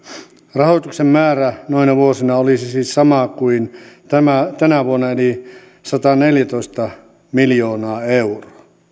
rahoituksen määrä noina vuosina olisi siis sama kuin tänä vuonna eli sataneljätoista miljoonaa euroa